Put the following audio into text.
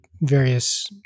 various